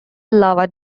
lava